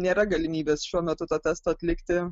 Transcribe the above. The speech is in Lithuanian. nėra galimybės šiuo metu to testo atlikti